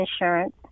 insurance